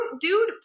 dude